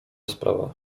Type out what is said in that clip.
sprawa